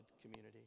community